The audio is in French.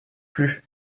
plus